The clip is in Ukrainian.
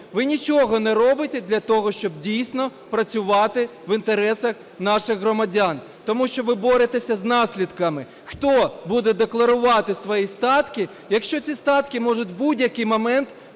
Ви нічого не робите для того, щоб дійсно працювати в інтересах наших громадян. Тому що ви боретеся з наслідками. Хто буде декларувати свої статки, якщо ці статки може в будь-який момент